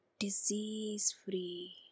Disease-free